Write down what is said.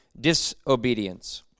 disobedience